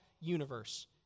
universe